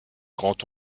grand